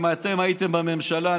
אם אתם הייתם בממשלה,